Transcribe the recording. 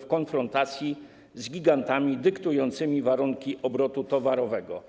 w konfrontacji z gigantami dyktującymi warunki obrotu towarowego.